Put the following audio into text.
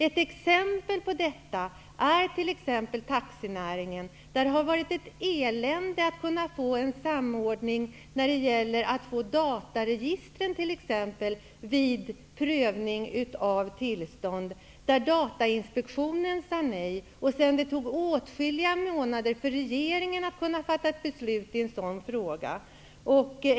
Ett exempel på detta är taxinäringen. Det har t.ex. varit ett elände med att få en samordning av dataregistren vid prövning av tillstånd. Datainspektionen sade nej, och det tog åtskilliga månader för regeringen att fatta ett beslut i denna fråga.